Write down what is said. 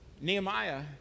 Nehemiah